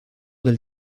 del